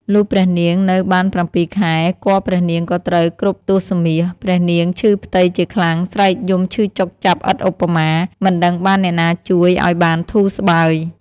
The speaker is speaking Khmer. លុះព្រះនាងនៅបាន ៧ ខែ គភ៌ព្រះនាង ក៏ត្រូវគ្រប់ទសមាស ព្រះនាងឈឺផ្ទៃជាខ្លាំង ស្រែកយំឈឺចុកចាប់ឥតឧបមា មិនដឹងបានអ្នកណាជួយឲ្យបានធូរស្បើយ។